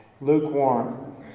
lukewarm